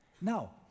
Now